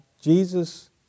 Jesus